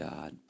God